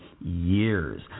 years